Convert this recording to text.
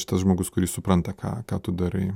čia tas žmogus kuris supranta ką ką tu darai